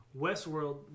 Westworld